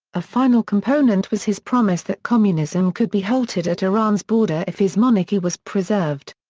a final component was his promise that communism could be halted at iran's border if his monarchy was preserved.